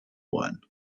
one